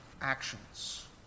actions